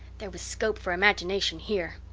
there was scope for imagination here.